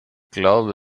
glaube